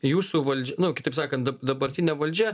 jūsų valdž nu kitaip sakant dab dabartinė valdžia